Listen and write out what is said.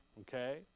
Okay